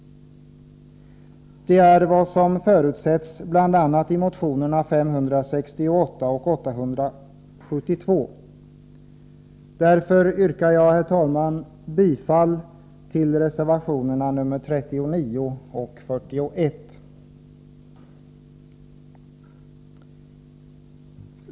Det är vad som förutsätts bl.a. i motionerna 568 och 872. Därför yrkar jag, herr talman, bifall till reservationerna 39 och 41.